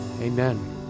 Amen